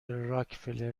راکفلر